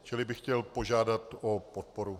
Čili bych chtěl požádat o podporu.